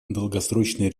долгосрочные